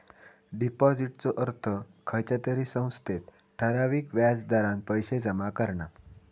डिपाॅजिटचो अर्थ खयच्या तरी संस्थेत ठराविक व्याज दरान पैशे जमा करणा